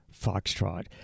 Foxtrot